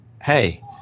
hey